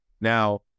Now